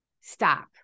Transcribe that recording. Stop